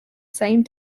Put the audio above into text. same